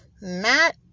Matt